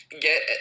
get